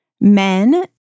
men